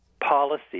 Policy